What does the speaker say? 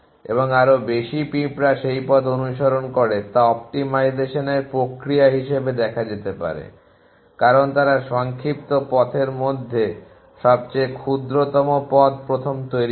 এবং আরও বেশি পিঁপড়া যে পথ অনুসরণ করে তা অপ্টিমাইজেশানের প্রক্রিয়া হিসাবে দেখা যেতে পারে কারণ তারা সংক্ষিপ্ত পথের মধ্যে সবচেয়ে ক্ষুদ্রতম পথ প্রথম তৈরী করে